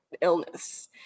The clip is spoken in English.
illness